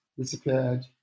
disappeared